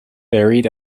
buried